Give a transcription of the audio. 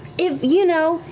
if, you know,